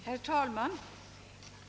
Herr talman!